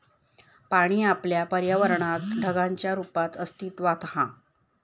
पाणी आपल्या पर्यावरणात ढगांच्या रुपात अस्तित्त्वात हा